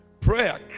Prayer